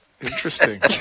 Interesting